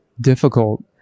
difficult